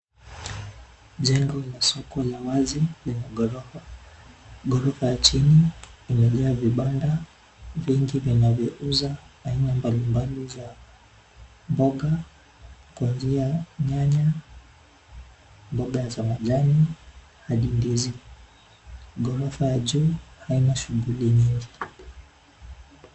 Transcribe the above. Jengo la soko la wazi lenye ghorofa. Ghorofa ya chini imejaa vibanda vingi vinavyouza aina mbalimbali za mboga kuanzia nyanya, mboga za majani hadi ndizi. Ghorofa ya juu haina shungli nyingi.